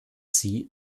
sie